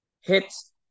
hits